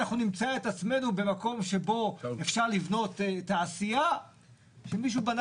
אנחנו נמצא את עצמנו במקום שבו אפשר לבנות תעשייה כשמישהו בנה